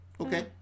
Okay